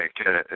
Okay